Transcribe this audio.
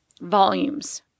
volumes